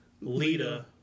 Lita